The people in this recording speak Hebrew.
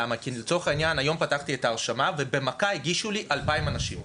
כי אם פתחתי את ההרשמה ובבת-אחת הגישו לי 2,000 אנשים.